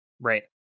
Right